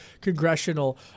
congressional